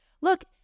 Look